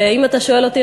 ואם אתה שואל אותי,